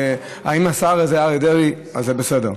אם זה השר אריה דרעי אז זה בסדר,